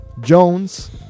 Jones